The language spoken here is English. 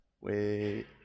wait